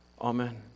Amen